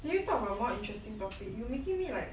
can you talk about more interesting topic you making me like